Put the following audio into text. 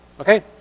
Okay